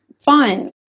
fun